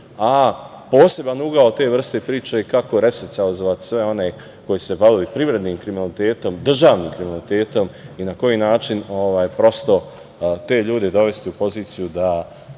Poseban ugao te vrste priče je kako resocijalizovati sve one koji se bave privrednim kriminalitetom, državnim kriminalitetom i na koji način te ljude dovesti u poziciju da